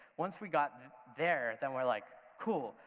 once we got there then we're like, cool,